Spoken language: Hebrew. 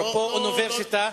אפרופו אוניברסיטה,